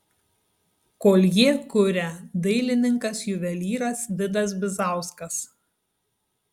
koljė kuria dailininkas juvelyras vidas bizauskas